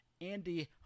Andy